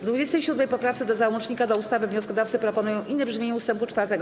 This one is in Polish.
W 27. poprawce do załącznika do ustawy wnioskodawcy proponują inne brzmienie ust. 4.